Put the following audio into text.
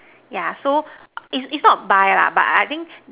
yeah so its its not buy lah but I think